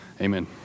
Amen